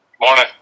Morning